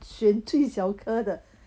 选最小科的